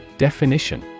Definition